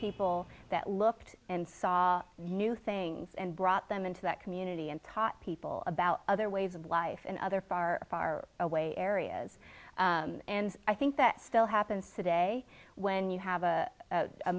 people that looked and saw new things and brought them into that community and taught people about other ways of life in other far far away areas and i think that still happens today when you have a